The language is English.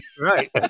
Right